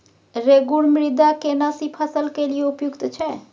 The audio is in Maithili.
रेगुर मृदा केना सी फसल के लिये उपयुक्त छै?